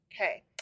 Okay